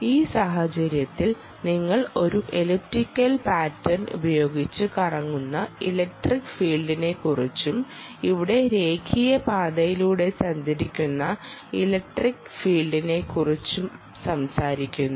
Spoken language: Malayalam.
ഈ സാഹചര്യത്തിൽ നിങ്ങൾ ഒരു എലിപ്റ്റിക്കൽ പാറ്റേൺ ഉപയോഗിച്ച് കറങ്ങുന്ന ഇലക്ട്രിക് ഫീൽഡിനെക്കുറിച്ചും ഇവിടെ രേഖീയ പാതയിലൂടെ സഞ്ചരിക്കുന്ന ഇലക്ട്രിക് ഫീൽഡിനെക്കുറിച്ചും സംസാരിക്കുന്നു